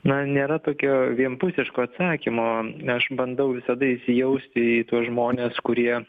na nėra tokio vienpusiško atsakymo ne aš bandau visada įsijausti į tuos žmones kurie